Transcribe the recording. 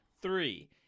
Three